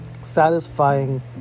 Satisfying